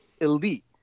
elite